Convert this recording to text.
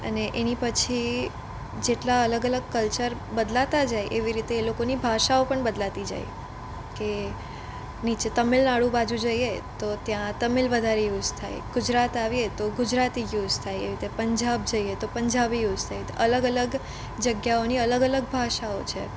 અને એની પછી જેટલા અલગ અલગ કલ્ચર બદલાતા જાય એવી રીતે એ લોકોની ભાષાઓ પણ બદલાતી જાય કે નીચે તમિલનાડુ બાજુ જઈએ તો ત્યાં તમિલ વધારે યુઝ થાય ગુજરાત આવીએ તો ગુજરાતી યુઝ થાય એવી રીતે પંજાબ જઈએ તો પંજાબી યુઝ તો અલગ અલગ જગ્યાઓની અલગ અલગ ભાષાઓ છે